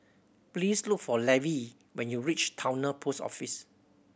please look for Levy when you reach Towner Post Office